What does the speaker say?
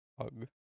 Hug